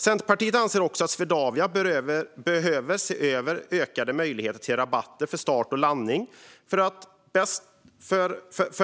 Centerpartiet anser också att Swedavia bör se över ökade möjligheter till rabatter för start och landning för